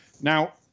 Now